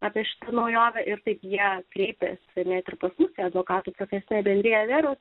pabrėžti naujovė ir taip jie kreipiasi netirpus advokatų profesinė bendrija nėra